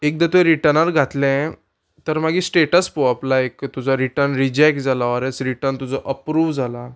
एकदां तुवें रिटनार घातलें तर मागीर स्टेटस पोवप लायक तुजो रिटन रिजेक्ट जाला ऑर एस रिटर्न तुजो अप्रूव जाला